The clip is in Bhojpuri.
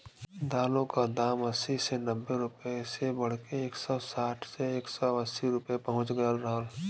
दालों क दाम अस्सी से नब्बे रुपया से बढ़के एक सौ साठ से एक सौ अस्सी पहुंच गयल रहल